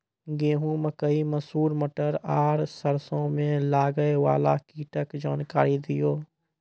गेहूँ, मकई, मसूर, मटर आर सरसों मे लागै वाला कीटक जानकरी दियो?